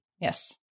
Yes